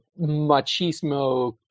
machismo